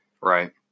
Right